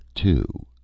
Two